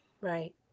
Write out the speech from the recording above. right